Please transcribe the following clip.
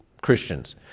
Christians